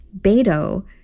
Beto